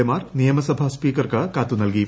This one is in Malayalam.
എമാർ നിയമസഭാ സ്പീക്കർക്ക് കത്ത് നൽകി